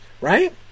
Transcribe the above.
right